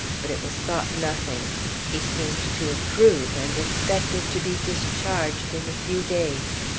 but it was thought nothing he seemed to improve, and expected to be discharged in a few days.